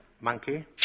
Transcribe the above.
monkey